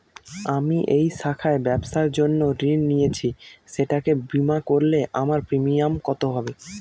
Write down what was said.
আমি এই শাখায় ব্যবসার জন্য ঋণ নিয়েছি সেটাকে বিমা করলে আমার প্রিমিয়াম কত হবে?